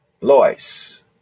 lois